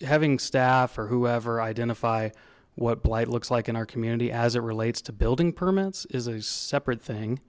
having staff or whoever identify what blight looks like in our community as it relates to building permits is a separate thing